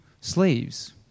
slaves